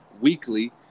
weekly